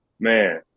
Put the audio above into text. Man